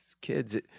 kids